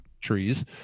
trees